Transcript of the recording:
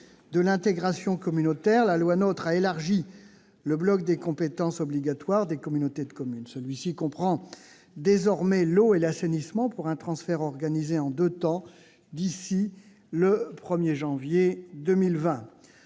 de l'intégration communautaire, la loi NOTRe a élargi le bloc des compétences obligatoires des communautés de communes. Celui-ci comprend désormais l'eau et l'assainissement, le transfert étant organisé en deux temps d'ici au 1 janvier 2020.